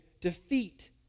defeat